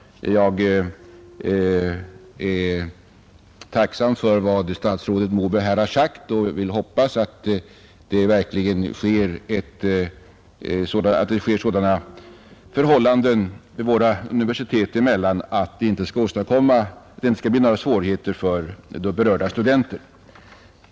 Jag är tacksam för vad statsrådet Moberg här har sagt och hoppas att förhållandena våra universitet emellan verkligen blir sådana att det inte skall uppstå några svårigheter för berörda studenter.